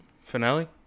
finale